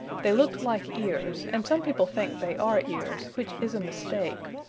they looked like ears and some people think they are ears, which is a mistake.